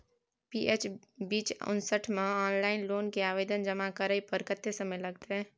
PS B उनसठ म online loan के आवेदन जमा करै पर कत्ते समय लगतै?